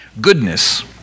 Goodness